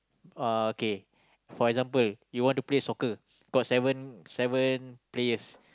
uh kay for example you want to play soccer got seven seven players